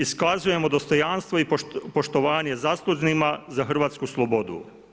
Iskazujemo dostojanstvo i poštovanje zaslužnima za hrvatsku slobodu.